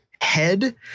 head